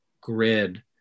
grid